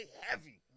Heavy